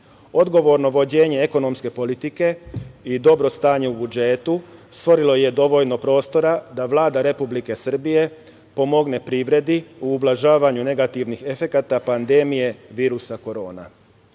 dinara. Odgovorno vođenje ekonomske politike i dobro stanje u budžetu stvorilo je dovoljno prostora da Vlada Republike Srbije pomogne privredi u ublažavanju negativnih efekata pandemije virusa korona. Usvojen